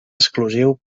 exclusiu